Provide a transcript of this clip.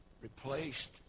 replaced